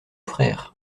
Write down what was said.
frères